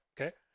Okay